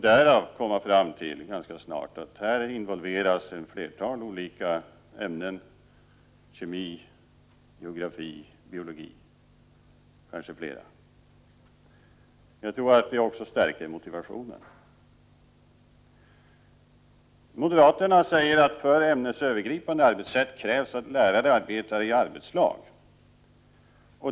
Därav kommer man ganska snart fram till att här involveras ett flertal olika ämnen — kemi, geografi, biologi, och kanske flera. Jag tror att ett sådant angreppssätt också stärker motivationen. Moderaterna säger att för ämnesövergripande arbetssätt krävs att lärare arbetar i arbetslag.